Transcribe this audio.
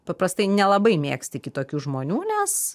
paprastai nelabai mėgsti kitokių žmonių nes